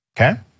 okay